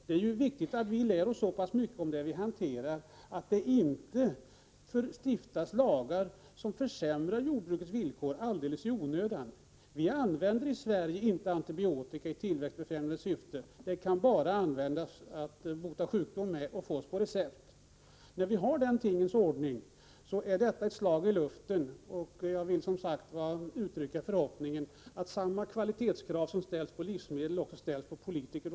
Det är viktigt att vi lär oss så pass mycket om det vi hanterar, att det inte stiftas lagar som försämrar jordbrukets villkor alldeles i onödan. Vi använder i Sverige inte antibiotika i tillväxtbefrämjande syfte. Det kan bara användas att bota sjukdom med och fås på recept. När vi har den tingens ordning, är denna lag ett slag i luften. Jag vill som sagt uttrycka förhoppningen att samma kvalitetskrav som ställs på livsmedel också ställs på politiker.